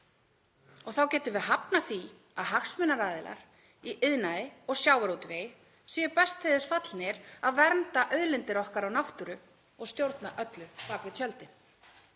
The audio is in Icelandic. Þá getum við hafnað því að hagsmunaaðilar í iðnaði og sjávarútvegi séu best til þess fallnir að vernda auðlindir okkar og náttúru og stjórna öllu bak við tjöldin.